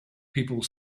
people